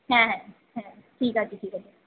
হ্যাঁ হ্যাঁ হ্যাঁ ঠিক আছে ঠিক আছে